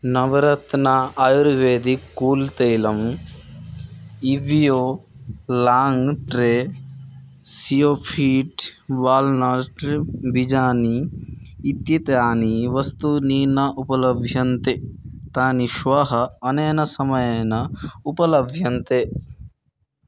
Navratna Ayurvedic cool तैलम् इव्यो लाङ्ग् ट्रे सियोफ़ीट् वाल्नाट्रि बीजानि इत्येतानि वस्तूनि न उपलभ्यन्ते तानि श्वः अनेन समयेन उपलभ्यन्ते